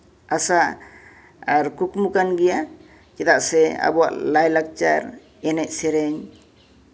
ᱟᱥᱟ ᱟᱨ ᱠᱩᱠᱢᱩ ᱠᱟᱱ ᱜᱮᱭᱟ ᱪᱮᱫᱟᱜ ᱥᱮ ᱟᱵᱚᱣᱟᱜ ᱞᱟᱭᱼᱞᱟᱠᱪᱟᱨ ᱮᱱᱮᱡ ᱥᱮᱨᱮᱧ